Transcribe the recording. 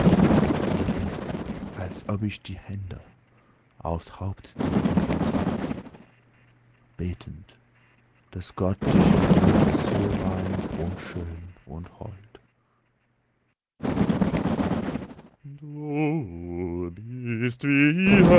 mir ist als ob ich die hände aufs haupt dir legen sollt betend daß gott dich erhalte so rein und schön und hold